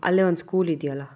ಅಲ್ಲೇ ಒಂದು ಸ್ಕೂಲ್ ಇದೆಯಲ್ಲ